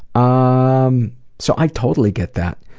ah um so i totally get that.